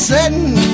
Sitting